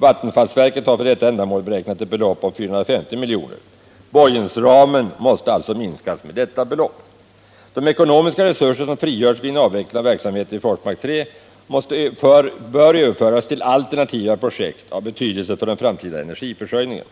Vattenfallsverket har för detta ändamål beräknat ett belopp om 450 milj.kr. Borgensramen måste alltså minska med detta belopp. De ekonomiska resurser som frigörs vid en avveckling av verksamheten vid Forsmark 3 bör överföras till alternativa projekt av betydelse för den framtida energiförsörjningen.